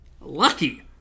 Lucky